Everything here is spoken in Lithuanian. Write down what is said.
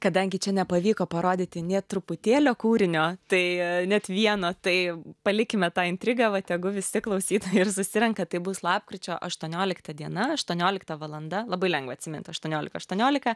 kadangi čia nepavyko parodyti nė truputėlio kūrinio tai net vieno tai palikime tą intrigą va tegu visi klausyti ir susirenka tai bus lapkričio aštuoniolikta diena aštuoniolikta valanda labai lengva atsimint aštuoniolika aštuoniolika